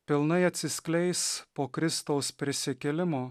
pilnai atsiskleis po kristaus prisikėlimo